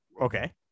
okay